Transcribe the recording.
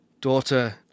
daughter